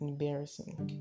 Embarrassing